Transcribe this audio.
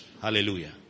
Hallelujah